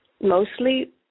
mostly